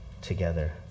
together